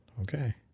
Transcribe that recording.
Okay